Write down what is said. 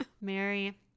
mary